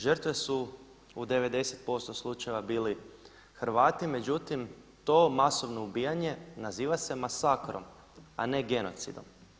Žrtve su u 90% slučajeva bili Hrvati, međutim to masovno ubijanje naziva se masakrom a ne genocidom.